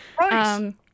Right